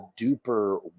duper